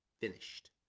finished